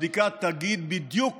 הבדיקה תגיד בדיוק